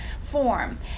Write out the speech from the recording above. form